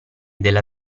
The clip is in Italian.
della